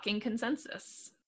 consensus